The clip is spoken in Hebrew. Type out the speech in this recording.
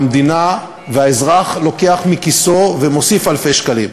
והאזרח לוקח מכיסו ומוסיף אלפי שקלים,